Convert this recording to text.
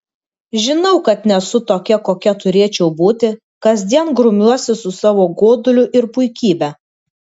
žinau kad nesu tokia kokia turėčiau būti kasdien grumiuosi su savo goduliu ir puikybe